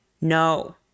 No